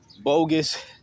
bogus